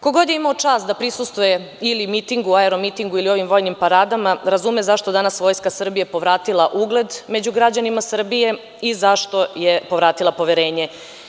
Ko god je imao čast da prisustvuje ili mitingu, aeromitingu ili ovim vojnim paradama, razuma zašto je danas Vojska Srbije povratila ugled među građanima Srbije i zašto je povratila poverenje.